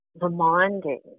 reminding